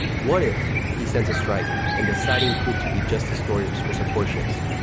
what if he sends a strike and the sighting proved to be just destroyers or support ships?